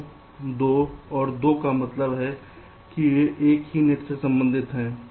2 2 और 2 का मतलब है कि वे एक ही नेट से संबंधित हैं